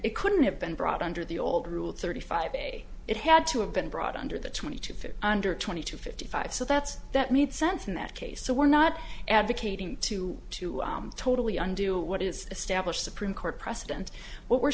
it couldn't have been brought under the old rule thirty five a it had to have been brought under the twenty two for under twenty two fifty five so that's that made sense in that case so we're not advocating to to totally undo what is established supreme court precedents what we're